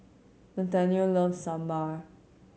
Nathanael loves Sambar